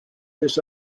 this